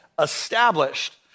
established